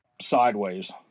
sideways